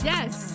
Yes